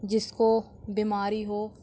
جس کو بیماری ہو